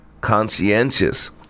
conscientious